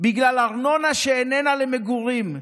בגלל ארנונה שאיננה למגורים,